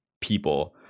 people